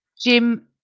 Jim